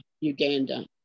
Uganda